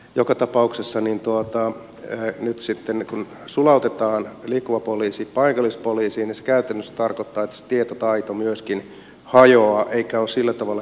joka tapauksessa niin tuottaa lähettänyt sitten kun sulautetaan liikkuva poliisi paikallispoliisiiniskäytön startata se tietotaito myöskin hajoaa eikä on sillä tavalla